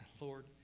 Lord